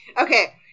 Okay